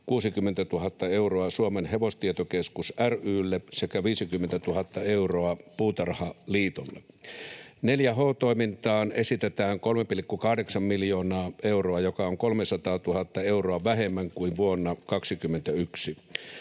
60 000 euroa Suomen Hevostietokeskus ry:lle sekä 50 000 euroa Puutarhaliitolle. 4H-toimintaan esitetään 3,8 miljoonaa euroa, joka on 300 000 euroa vähemmän kuin vuonna 21.